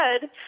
good